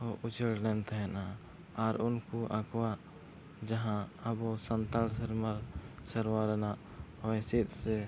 ᱩᱪᱟᱹᱲ ᱞᱮᱱ ᱛᱟᱦᱮᱱᱟ ᱟᱨ ᱩᱱᱠᱩ ᱟᱠᱚᱣᱟᱜ ᱡᱟᱦᱟᱸ ᱟᱵᱚ ᱥᱟᱱᱛᱟᱲ ᱥᱮᱨᱣᱟ ᱥᱮᱨᱣᱟ ᱨᱮᱱᱟᱜ ᱦᱚᱭᱦᱤᱸᱥᱤᱫᱽ ᱥᱮ